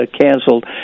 canceled